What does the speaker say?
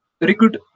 recruit